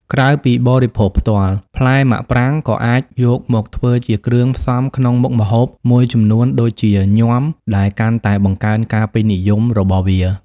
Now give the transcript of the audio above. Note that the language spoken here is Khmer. ក្រៅពីបរិភោគផ្ទាល់ ផ្លែមាក់ប្រាងក៏អាចយកមកធ្វើជាគ្រឿងផ្សំក្នុងមុខម្ហូបមួយចំនួនដូចជាញាំ ដែលកាន់តែបង្កើនការពេញនិយមរបស់វា។